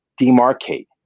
demarcate